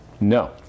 no